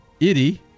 Idi